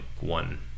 one